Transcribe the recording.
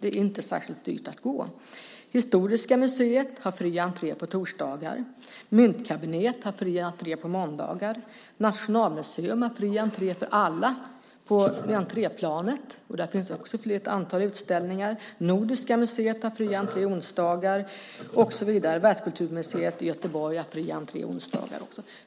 Det är inte särskilt dyrt att gå dit. Historiska museet har fri entré på torsdagar. Myntkabinettet har fri entré på måndagar. Nationalmuseum har fri entré för alla på entréplanet, och där finns ett antal utställningar. Nordiska museet har fri entré på onsdagar. Världskulturmuseet i Göteborg har fri entré på onsdagar.